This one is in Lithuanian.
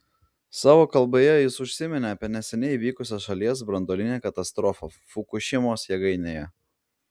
savo kalboje jis užsiminė apie neseniai įvykusią šalies branduolinę katastrofą fukušimos jėgainėje